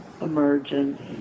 emergence